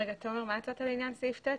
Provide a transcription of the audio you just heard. תומר, מה הצעת לעניין סעיף (ט)?